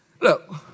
Look